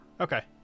Okay